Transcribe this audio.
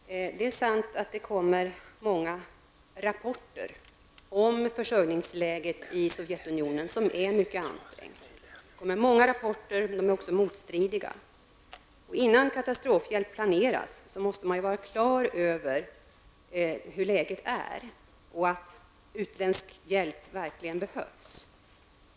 Fru talman! Det är sant att det kommer många rapporter om försörjningsläget i Sovjetunionen, som är mycket ansträngt. Det kommer många rapporter, och de är också motstridiga. Innan katastrofhjälp planeras måste man vara klar över hurdant läget är och att utländsk hjälp verkligen behövs.